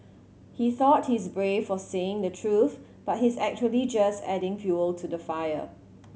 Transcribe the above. he thought he's brave for saying the truth but he's actually just adding fuel to the fire